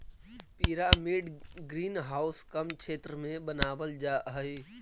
pyramid green house कम क्षेत्र में बनावाल जा हई